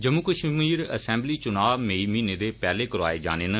Jammu Kashmir assembly चुना मई महीने दे पैहले करौआये जाने न